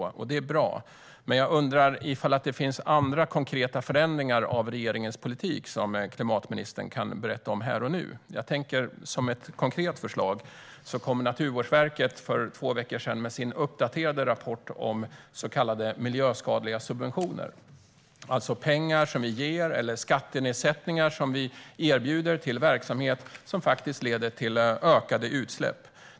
Det är bra. Finns det andra konkreta förändringar av regeringens politik som klimatministern kan berätta om här och nu? Naturvårdsverket kom för två veckor sedan med sin uppdaterade rapport om så kallade miljöskadliga subventioner, det vill säga pengar som ges eller skattesänkningar som erbjuds verksamheter som leder till ökade utsläpp.